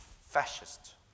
fascist